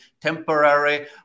temporary